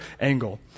angle